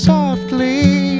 Softly